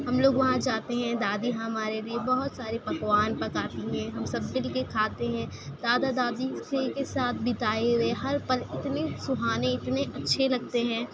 ہم لوگ وہاں جاتے ہیں دادی ہمارے لیے بہت سارے پکوان پکاتی ہیں ہم سب مل کے کھاتے ہیں دادا دادى سے كے ساتھ بِتايے ہوئے ہر پل اتنے سہانے اتنے اچھے لگتے ہیں